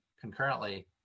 concurrently